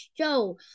show